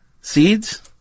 Seeds